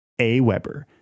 AWeber